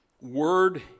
word